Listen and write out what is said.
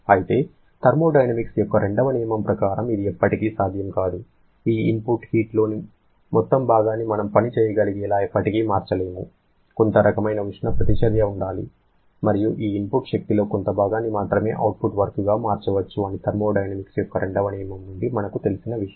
అయితే థర్మోడైనమిక్స్ యొక్క రెండవ నియమం ప్రకారం ఇది ఎప్పటికీ సాధ్యం కాదు ఈ ఇన్పుట్ హీట్లోని మొత్తం భాగాన్ని మనం పని చేయగలిగేలా ఎప్పటికీ మార్చలేము కొంత రకమైన ఉష్ణ ప్రతిచర్య ఉండాలి మరియు ఈ ఇన్పుట్ శక్తిలో కొంత భాగాన్ని మాత్రమే అవుట్పుట్ వర్క్ గా మార్చవచ్చు అని థర్మోడైనమిక్స్ యొక్క రెండవ నియమం నుండి మనకు తెలిసిన విషయం